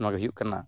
ᱱᱚᱣᱟᱜᱮ ᱦᱩᱭᱩᱜ ᱠᱟᱱᱟ